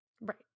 Right